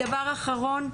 דבר אחרון: